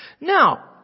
Now